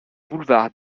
boulevard